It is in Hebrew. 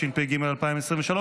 התשפ"ג 2023,